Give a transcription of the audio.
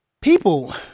People